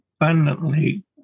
abundantly